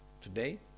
Today